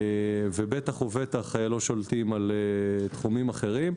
ובטח לא שולטים על תחומים אחרים.